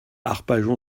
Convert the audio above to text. arpajon